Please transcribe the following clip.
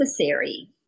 necessary